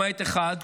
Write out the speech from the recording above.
למעט אחד,